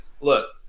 Look